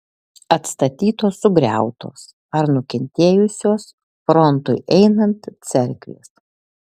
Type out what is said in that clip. atstatytos sugriautos ar nukentėjusios frontui einant cerkvės